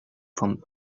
from